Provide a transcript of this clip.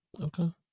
okay